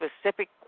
specific